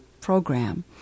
program